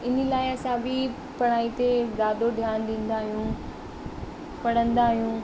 इन लाइ असां बि पढ़ाई ते ॾाढो ध्यानु ॾींदा आयूं पढ़ंदा आहियूं